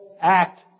act